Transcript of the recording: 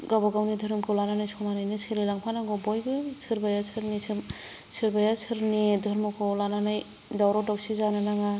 गावबा गावनि धोरोमखौ लानानै समानैनो सोलिलांफा नांगौ बयबो सोरबाया सोरनि सोरबाया सोरनि धर्मखौ लानानै दावराव दावसि जानो नाङा